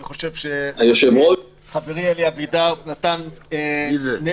אני חושב שחברי אלי אבידר נתן נאום,